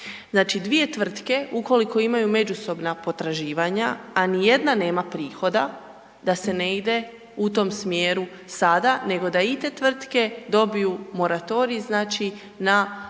Znači, dvije tvrtke ukoliko imaju međusobna potraživanja, a nijedna nema prihoda, da se ne ide u tom smjeru sada nego da i te tvrtke dobiju moratorij, znači na